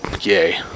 yay